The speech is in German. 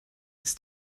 ist